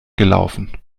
gelaufen